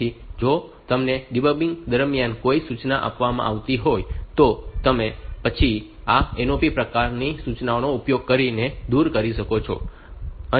તેથી જો તમને ડિબગીંગ દરમિયાન કેટલીક સૂચનાઓ આપવામાં આવી હોય તો તમે પછીથી આ NOP પ્રકારની સૂચનાઓનો ઉપયોગ કરીને તેને દૂર કરી શકો છો